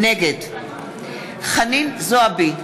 נגד חנין זועבי,